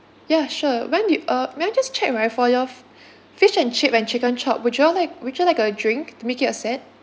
ya sure when do you uh may I just check right for your f~ fish and chip and chicken chop would you all like would you like a drink to make it a set